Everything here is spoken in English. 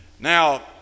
Now